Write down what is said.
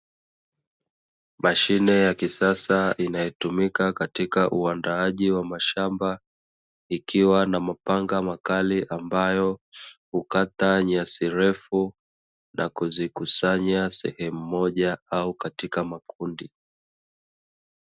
Mashine ya kisasa inayotumika katika uandaaji wa mashamba, ikiwa na mapanga makali ambayo hukata nyasi refu na kuzikusanya sehemu moja au katika makundi.